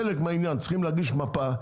חלק מהעניין שצריך להגיש מפה,